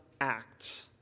act